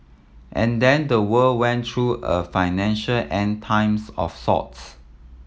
and then the world went through a financial End Times of sorts